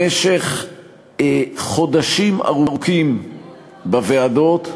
במשך חודשים ארוכים בוועדות,